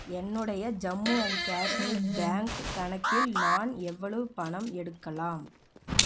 என்னுடைய Jammu and Kashmir bank கணக்கில் நான் எவ்வளவு பணம் எடுக்கலாம்